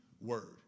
word